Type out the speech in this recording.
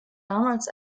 damals